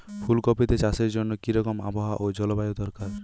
ফুল কপিতে চাষের জন্য কি রকম আবহাওয়া ও জলবায়ু দরকার?